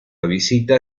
visita